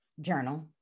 journal